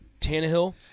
Tannehill